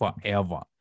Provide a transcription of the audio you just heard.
forever